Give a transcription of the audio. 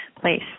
place